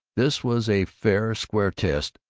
this was a fair, square test,